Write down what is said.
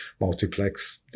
multiplex